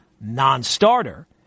non-starter